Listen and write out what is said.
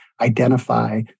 identify